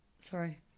Sorry